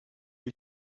you